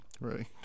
right